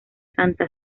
santa